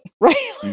right